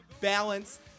balance